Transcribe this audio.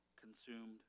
consumed